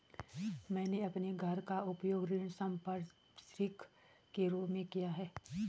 मैंने अपने घर का उपयोग ऋण संपार्श्विक के रूप में किया है